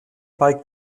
bei